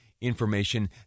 information